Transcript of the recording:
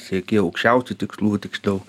sieki aukščiausių tikslų tiksliau